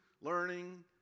learning